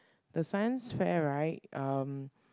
the science fair right um